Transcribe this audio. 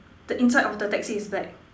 the inside of the taxi is black